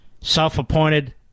self-appointed